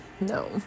no